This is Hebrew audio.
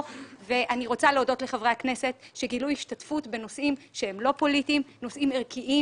וכן לחברי הכנסת שגילו השתתפות בנושאים לא פוליטיים אך ערכיים